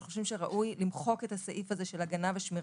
אנחנו חושבים שראוי למחוק את הסעיף הזה של הגנה ושמירה.